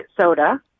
soda